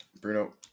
bruno